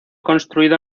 construido